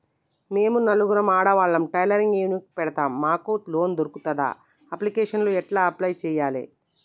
మేము నలుగురం ఆడవాళ్ళం టైలరింగ్ యూనిట్ పెడతం మాకు లోన్ దొర్కుతదా? అప్లికేషన్లను ఎట్ల అప్లయ్ చేయాలే?